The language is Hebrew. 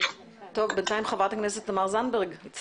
הצטרפה אלינו חברת הכנסת תמר זנדברג.